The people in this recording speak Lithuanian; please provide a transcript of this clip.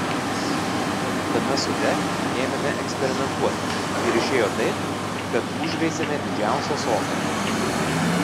tad tame sode ėmėme eksperimentuoti ir išėjo taip kad užveisėme didžiausią sodą